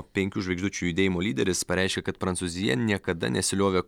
penkių žvaigždučių judėjimo lyderis pareiškė kad prancūzija niekada nesiliovė